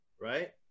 Right